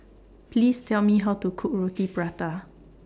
Please Tell Me How to Cook Roti Prata